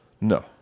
No